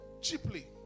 Cheaply